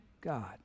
God